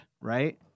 right